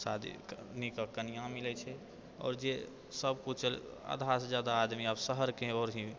शादी नीक कनिआँ मिलै छै आओर जे सब किछु आधासँ जादा आदमी आब शहरके ओर ही